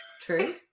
True